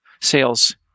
sales